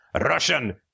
russian